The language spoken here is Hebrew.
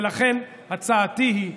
ולכן הצעתי היא,